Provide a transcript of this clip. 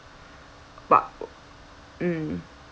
!wow! mm